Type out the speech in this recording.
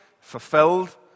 fulfilled